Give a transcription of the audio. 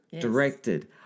Directed